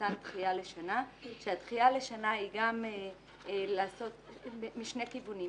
מתן דחייה לשנה כאשר הדחייה לשנה היא משני כיוונים.